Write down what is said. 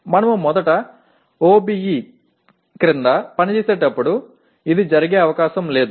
మనము మొదట OBE కింద పనిచేసేటప్పుడు ఇది జరిగే అవకాశం లేదు